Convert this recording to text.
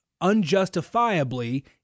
unjustifiably